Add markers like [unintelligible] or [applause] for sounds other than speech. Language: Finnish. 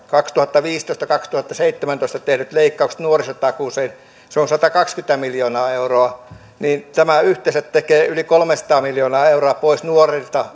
kaksituhattaviisitoista viiva kaksituhattaseitsemäntoista tehdyt leikkaukset nuorisotakuuseen se on satakaksikymmentä miljoonaa euroa niin tämä tekee yhteensä yli kolmesataa miljoonaa euroa pois nuorilta [unintelligible]